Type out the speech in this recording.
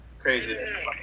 crazy